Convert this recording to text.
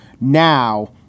now